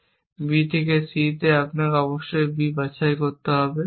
b থেকে c আপনাকে অবশ্যই b বাছাই করতে হবে